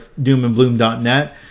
doomandbloom.net